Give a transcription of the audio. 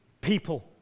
people